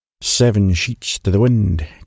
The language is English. seven-sheets-to-the-wind